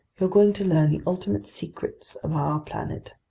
you're going to learn the ultimate secrets of our planet.